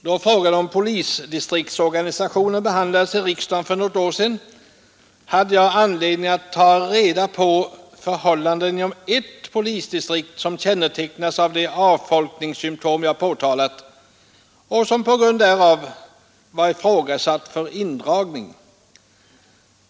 Då frågan om polisdistriktsorganisationen behandlades i riksdagen för något år sedan, hade jag anledning att ta reda på förhållandena inom ett polisdistrikt, som kännetecknas av de avfolkninssymtom jag påtalat och som på grund därav var ifrågasatt för indragning.